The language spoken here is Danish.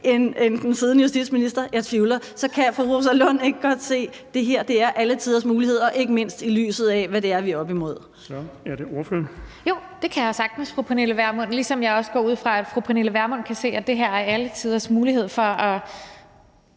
end den siddende justitsminister? Jeg tvivler. Så kan fru Rosa Lund ikke godt se, at det her er alle tiders mulighed, ikke mindst i lyset af hvad det er, vi er oppe imod? Kl. 11:22 Den fg. formand (Erling Bonnesen): Så er det ordføreren. Kl. 11:22 Rosa Lund (EL): Jo, det kan jeg sagtens, fru Pernille Vermund, ligesom jeg også går ud fra, at fru Pernille Vermund kan se, at det her er alle tiders mulighed for at